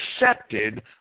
accepted